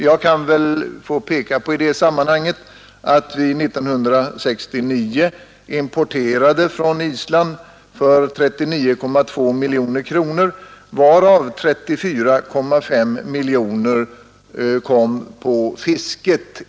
Slutligen vill jag också peka på att vi 1969 från Island importerade för 39,2 miljoner, varav 34,5 miljoner kronor kom på fisket.